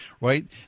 right